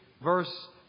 verse